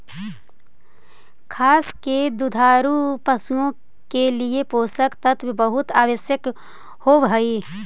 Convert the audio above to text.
खास कर दुधारू पशुओं के लिए पोषक तत्व बहुत आवश्यक होवअ हई